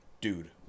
dude